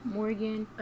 Morgan